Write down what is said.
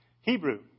Hebrew